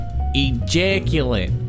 ejaculate